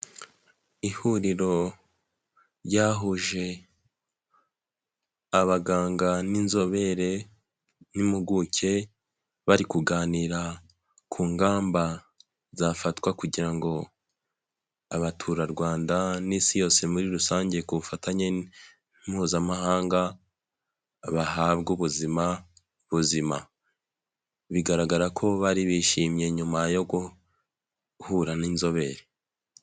Ihuriro ryahuje abaganga, n'inzobere, n'impuguke, bari kuganira ku ngamba zafatwa kugira ngo abaturarwanda n'isi yose muri rusange ku bufatanye mpuzamahanga, bahabwe ubuzima buzima, bigaragara ko bari bishimye nyuma yo guhura n'inzobere.